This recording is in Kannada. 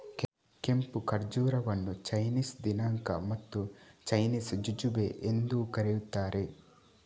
ಕೆಂಪು ಖರ್ಜೂರವನ್ನು ಚೈನೀಸ್ ದಿನಾಂಕ ಮತ್ತು ಚೈನೀಸ್ ಜುಜುಬೆ ಎಂದೂ ಕರೆಯುತ್ತಾರೆ